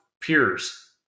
peers